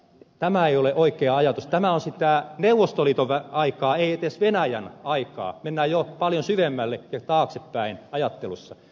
tämä ei ole oikea ajatus tämä on sitä neuvostoliiton aikaa ei edes venäjän aikaa mennään jo paljon syvemmälle ja taaksepäin ajattelussa